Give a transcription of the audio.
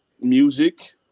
music